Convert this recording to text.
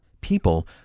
People